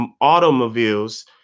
automobiles